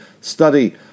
study